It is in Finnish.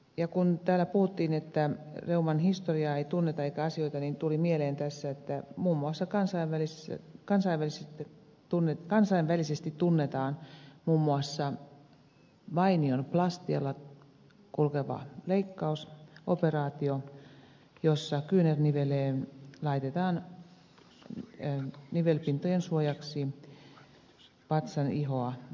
ja kun täällä puhuttiin että reuman historiaa ei tunneta eikä asioita niin tuli mieleen tässä että kansainvälisesti tunnetaan muun muassa vainion plastian nimellä kulkeva operaatio jossa kyynärniveleen laitetaan nivelpintojen suojaksi vatsan ihoa